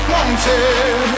Wanted